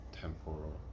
temporal